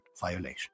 violation